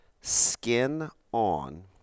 skin-on